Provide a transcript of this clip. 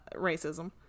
racism